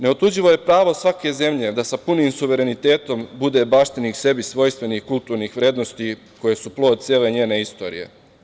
Neotuđivo je pravo svake zemlje da sa punim suverenitetom bude baštinik sebi svojstvenih kulturnih vrednosti koje su plod cele njene istorije.